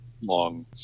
long